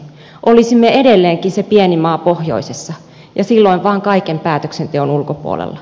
olisimme edelleenkin se pieni maa pohjoisessa ja silloin vain kaiken päätöksenteon ulkopuolella